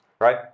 right